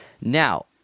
Now